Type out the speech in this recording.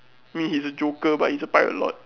mean he's a joker but he's a pirate lord